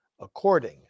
according